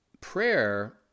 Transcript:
prayer